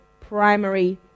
primary